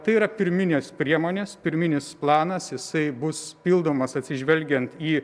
tai yra pirminės priemonės pirminis planas jisai bus pildomas atsižvelgiant į